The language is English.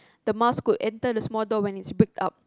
the mouse could enter the small door when it's bricked up